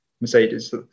Mercedes